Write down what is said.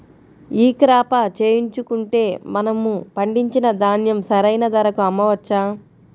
ఈ క్రాప చేయించుకుంటే మనము పండించిన ధాన్యం సరైన ధరకు అమ్మవచ్చా?